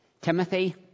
Timothy